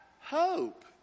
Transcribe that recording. hope